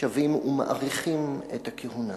שבים ומאריכים את הכהונה.